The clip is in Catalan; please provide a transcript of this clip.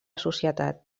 societat